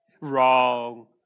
Wrong